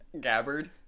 Gabbard